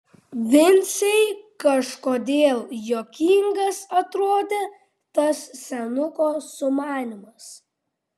vincei kažkodėl juokingas atrodė tas senuko sumanymas